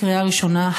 לקריאה ראשונה,